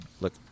look